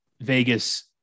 Vegas